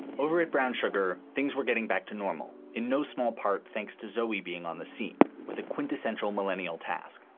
over at brown sugar, things were getting back to normal in no small part, thanks to zoe being on the scene with a quintessential millennial task,